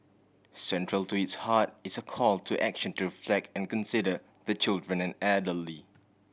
central to its heart is a call to action to reflect and consider the children and elderly